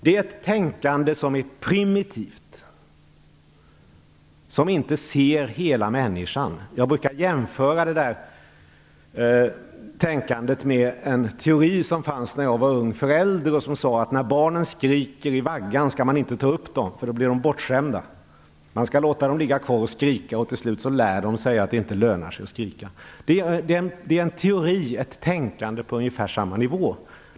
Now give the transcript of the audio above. Det är ett tänkande som är primitivt och som inte ser hela människan. Jag brukar jämföra detta tänkande med en teori som fanns när jag var ung förälder. Den sade att man inte skall ta upp barnen när de skriker i vaggan eftersom de blir bortskämda då. Man skall låta dem ligga kvar och skrika. Tills slut lär de sig att det inte lönar sig att skrika. Detta är en teori och ett tänkande på ungefär samma nivå.